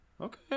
okay